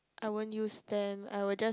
I won't use them I will just